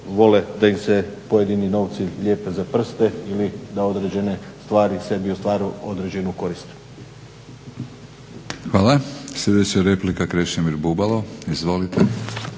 Hvala. Sljedeća je replika Krešimir Bubalo. Izvolite.